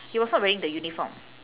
he was not wearing the uniform